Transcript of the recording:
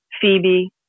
Phoebe